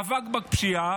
מאבק בפשיעה,